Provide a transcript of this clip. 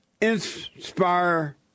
inspire